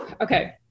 Okay